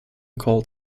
called